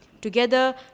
Together